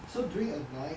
so during a night